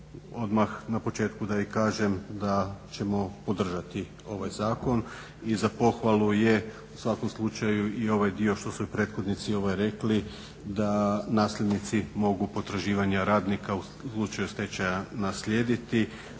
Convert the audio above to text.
odmah na početku da i kažem da ćemo podržati ovaj zakon i za pohvalu je u svakom slučaju i ovaj dio što su prethodnici rekli da nasljednici mogu potraživanja radnika u slučaju stečaja naslijediti